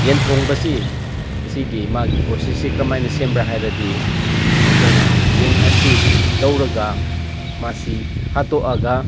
ꯌꯦꯟꯊꯣꯡꯕꯁꯤ ꯑꯁꯤꯒꯤ ꯃꯥꯒꯤ ꯄ꯭ꯔꯣꯁꯦꯁꯁꯤ ꯀꯔꯝꯃꯥꯏꯅ ꯁꯦꯝꯕ꯭ꯔꯥ ꯍꯥꯏꯔꯗꯤ ꯑꯩꯈꯣꯏꯅ ꯌꯦꯟ ꯑꯁꯤ ꯂꯧꯔꯒ ꯃꯥꯁꯤ ꯍꯥꯠꯇꯣꯛꯑꯒ